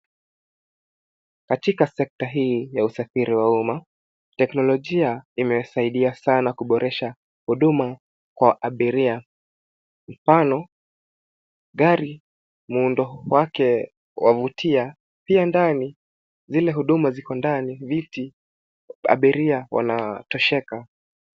Katika sekta hii ya usafiri wa umma, teknolojia imesaidia sana kuboresha huduma kwa abiria, mfano gari muundo wake wavutia, pia ndani zile huduma ziko ndani, viti, abiria wanatosheka.